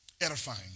Edifying